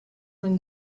when